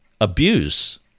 abuse